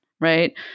right